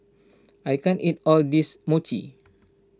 I can't eat all this Mochi